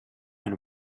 and